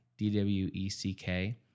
D-W-E-C-K